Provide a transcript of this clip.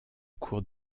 cour